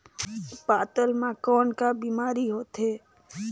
पातल म कौन का बीमारी होथे?